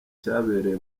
cyabereye